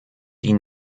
die